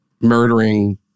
murdering